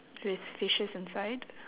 with fishes inside